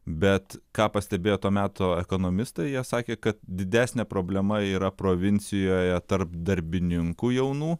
bet ką pastebėjo to meto ekonomistai jie sakė kad didesnė problema yra provincijoje tarp darbininkų jaunų